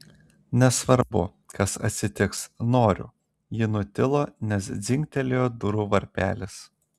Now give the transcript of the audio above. nesvarbu kas atsitiks noriu ji nutilo nes dzingtelėjo durų varpelis